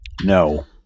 No